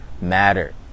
matter